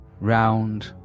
round